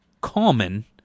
common